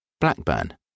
Blackburn